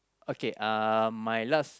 okay um my last